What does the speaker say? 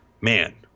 Man